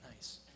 nice